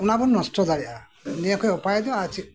ᱚᱱᱟ ᱵᱚᱱ ᱱᱚᱥᱴᱚ ᱫᱟᱲᱮᱭᱟᱜᱱᱤᱭᱟᱹ ᱠᱷᱚᱡ ᱩᱯᱟᱭ ᱫᱚ ᱟᱨ ᱪᱮᱫ